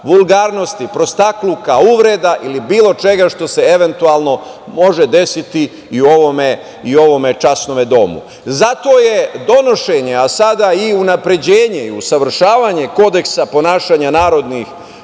vulgarnosti, prostakluka, uvreda i bilo čega što se eventualno može desiti i u ovom časnom domu. Zato je donošenje, a sada i unapređenje i usavršavanje Kodeksa ponašanja narodnih